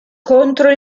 contro